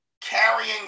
carrying